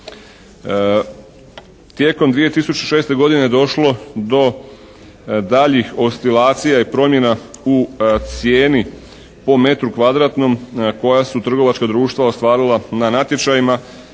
Tijekom 2006. godine došlo je do daljih oscilacija i promjena u cijeni po metru kvadratnom koja su trgovačka društva ostvarila na natječajima.